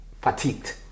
fatigued